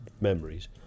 memories